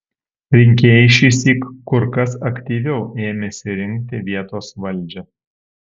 rinkėjai šįsyk kur kas aktyviau ėmėsi rinkti vietos valdžią